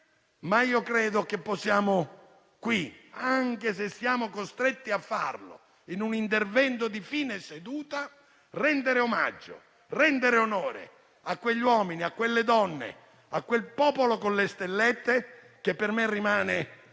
Ma io credo che possiamo qui, anche se siamo costretti a farlo in un intervento di fine seduta, rendere omaggio e rendere onore a quegli uomini, a quelle donne, a quel popolo con le stellette che per me rimane